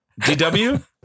DW